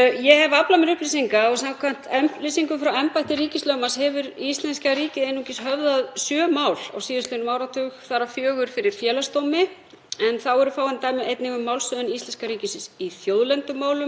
en þá eru einnig fáein dæmi um málshöfðun íslenska ríkisins í þjóðlendumálum og málum sem stofnanir hafa höfðað. Málssóknir ríkisins eru því fátíðar. Þá vil ég líka nefna, eins og hv. þingmaður kom raunar að í sínu máli,